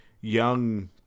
young